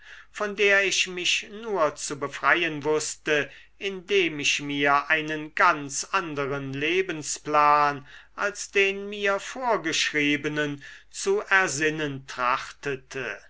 von der ich mich nur zu befreien wußte indem ich mir einen ganz anderen lebensplan als den mir vorgeschriebenen zu ersinnen